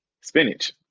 spinach